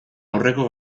aurreko